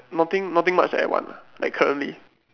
nothing nothing much that I want like currently